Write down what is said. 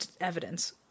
Evidence